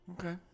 Okay